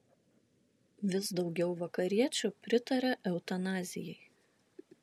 vis daugiau vakariečių pritaria eutanazijai